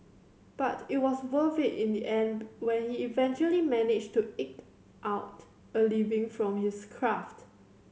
but it was worth it in the end when he eventually managed to eke out a living from his craft